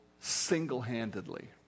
single-handedly